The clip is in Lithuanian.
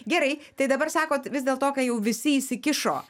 gerai tai dabar sakot vis dėlto kai jau visi įsikišo